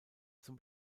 zum